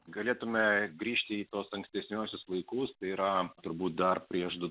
galėtumėme grįžti į tuos ankstesniuosius laikus tai yra turbūt dar prieš du